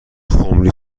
خمری